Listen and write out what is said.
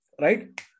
Right